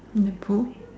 in the pool